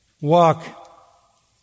walk